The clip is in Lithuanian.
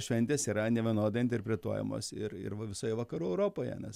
šventės yra nevienodai interpretuojamos ir ir va visoje vakarų europoje nes